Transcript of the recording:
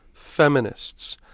feminists,